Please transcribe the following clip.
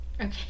okay